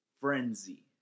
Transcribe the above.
frenzy